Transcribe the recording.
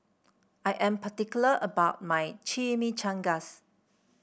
I am particular about my Chimichangas